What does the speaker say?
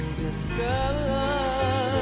discover